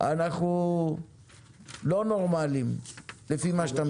אנחנו לא נורמליים לפי מה שאתה מתאר.